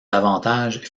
davantage